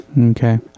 Okay